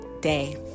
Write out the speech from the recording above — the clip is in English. day